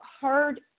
hard